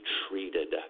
treated